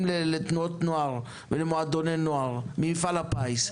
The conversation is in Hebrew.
לתנועות נוער ולמועדוני נוער ממפעל הפיס.